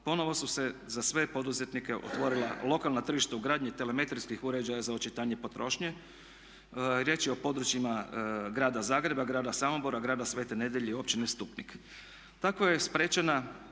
ponovno su se za sve poduzetnike otvorila lokalna tržišta u gradnje telemetrijskih uređaja za očitanje potrošnje. Riječ je o područjima Grada Zagreba, Grada Samobora, Grada Svete Nedjelje i općine Stupnik. Tako je spriječena